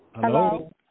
Hello